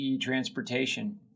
Transportation